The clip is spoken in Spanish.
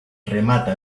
remata